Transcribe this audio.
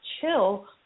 Chill